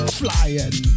flying